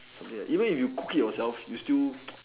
okay even if you cook it yourself you still